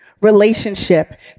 relationship